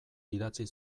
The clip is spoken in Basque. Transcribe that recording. idatzi